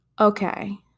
Okay